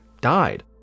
died